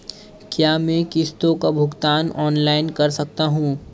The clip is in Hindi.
क्या मैं किश्तों का भुगतान ऑनलाइन कर सकता हूँ?